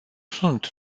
sunt